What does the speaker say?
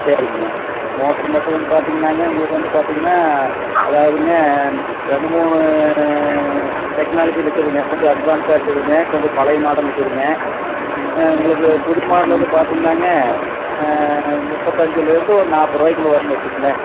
சரிங்க மோட்டர் மட்டும் வந்து பார்த்தீங்னாங்க உங்களுக்கு வந்து பார்த்தீங்னா அதாவதுங்க ரெண்டு மூணு டெக்னாலஜி இருக்குதுங்க கொஞ்சம் அட்வான்ஸாக இருக்குதுங்க கொஞ்சம் பழைய மாடல் இருக்குதுங்க உங்களுக்கு புது மாடல் வந்து பார்த்தீங்னாங்க முப்பத்தி அஞ்சிலருந்து ஒரு நாற்பதுருவாய்க்குள்ள வரும்ன்னு வச்சுக்குங்ளேன்